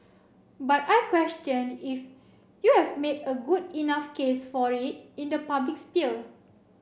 but I question if you've made a good enough case for it in the public sphere